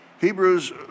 Hebrews